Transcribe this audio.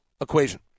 equation